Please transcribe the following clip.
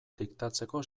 diktatzeko